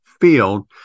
field